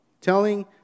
telling